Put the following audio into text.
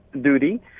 duty